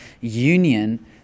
union